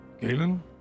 Galen